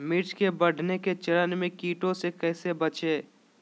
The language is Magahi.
मिर्च के बढ़ने के चरण में कीटों से कैसे बचये?